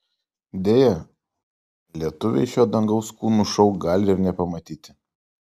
deja lietuviai šio dangaus kūnų šou gali ir nepamatyti